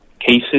cases